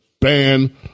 ban